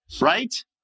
right